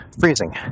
freezing